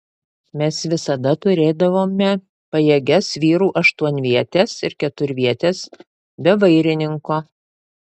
mes visada turėdavome pajėgias vyrų aštuonvietes ir keturvietes be vairininko